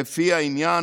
לפי העניין,